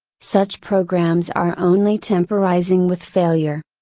such programs are only temporizing with failure.